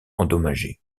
endommagés